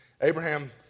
Abraham